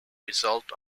result